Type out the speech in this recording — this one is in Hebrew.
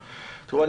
טראומה,